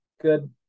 Good